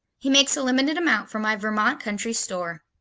he makes a limited amount for my vermont country store.